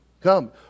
Come